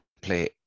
play